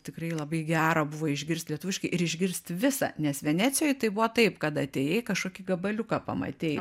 tikrai labai gera buvo išgirst lietuviškai ir išgirsti visą nes venecijoj tai buvo taip kad atėjai kažkokį gabaliuką pamatei